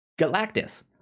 Galactus